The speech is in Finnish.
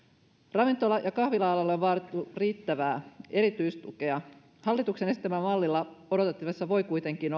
ravintola ja kahvila alalle on vaadittu riittävää erityistukea hallituksen esittämällä mallilla odotettavissa voi kuitenkin